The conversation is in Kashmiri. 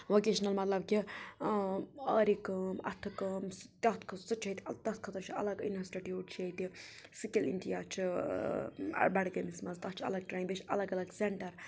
ووکیشنَل مطلب کہِ آرِ کٲم اَتھٕ کٲم تَتھ خٲطرٕ سُہ چھُ ییٚتہِ تَتھ خٲطرٕ چھُ الگ اِنَسٹِٹیوٗٹ چھُ ییٚتہِ سِکِل اِنڈیا چھُ بَڈگٲمِس مَنٛز تَتھ چھِ الگ ٹرٛینِنٛگ بیٚیہِ چھِ اَلَگ اَلَگ سٮ۪نٹَر